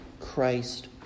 Christ